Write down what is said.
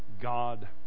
God